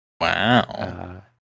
Wow